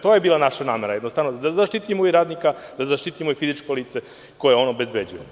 To je bila naša namera, da jednostavno zaštitimo i radnika i fizičko lice koje on obezbeđuje.